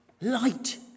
light